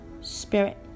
spirit